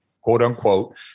quote-unquote